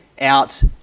out